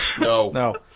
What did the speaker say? No